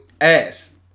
ass